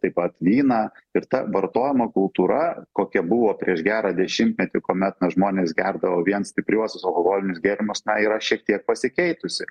taip pat vyną ir vartojimo kultūra kokia buvo prieš gerą dešimtmetį kuomet na žmonės gerdavo vien stipriuosius alkoholinius gėrimus na yra šiek tiek pasikeitusi